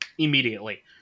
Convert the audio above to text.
Immediately